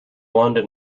london